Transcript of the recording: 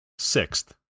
sixth